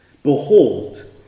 Behold